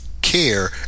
care